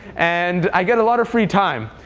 and i get a lot of free time.